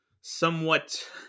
somewhat